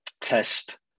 test